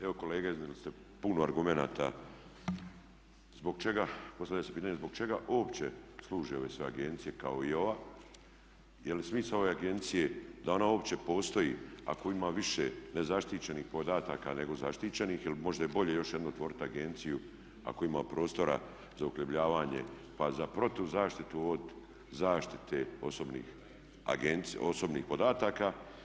Evo kolege iznijeli ste puno argumenata zbog čega, postavlja se pitanje zbog čega uopće služe ove sve agencije kao i ova, jel smisao ove agencije da ona uopće postoji ako ima više nezaštićenih podataka nego zaštićenih, jel možda je bolje još jednu otvoriti agenciju ako ima prostora za uhljebljavanje, pa za protu zaštitu od zaštite osobnih podataka.